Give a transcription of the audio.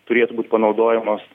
turėtų būt panaudojamos